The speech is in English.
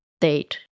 date